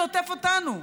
זה עוטף אותנו.